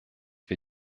wir